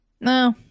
No